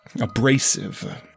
abrasive